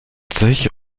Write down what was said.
sich